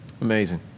Amazing